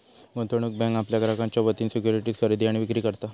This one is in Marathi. गुंतवणूक बँक आपल्या ग्राहकांच्या वतीन सिक्युरिटीज खरेदी आणि विक्री करता